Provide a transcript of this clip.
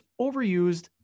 overused